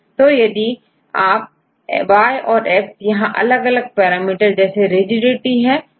तो यदि यहy औरx यहां अलग अलग पेरेमीटर जैसे rigidity है